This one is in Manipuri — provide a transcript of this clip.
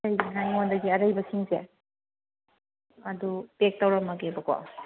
ꯑꯇꯩꯗꯨꯅ ꯑꯩꯉꯣꯟꯗꯒꯤ ꯑꯔꯩꯕꯁꯤꯡꯁꯦ ꯑꯗꯨ ꯄꯦꯛ ꯇꯧꯔꯝꯃꯒꯦꯕꯀꯣ